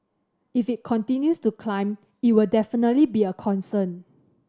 if it continues to climb it will definitely be a concern